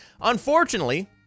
Unfortunately